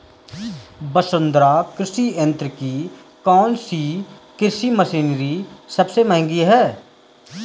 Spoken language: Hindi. वसुंधरा कृषि यंत्र की कौनसी कृषि मशीनरी सबसे महंगी है?